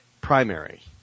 primary